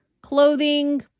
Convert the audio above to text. clothing